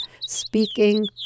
speaking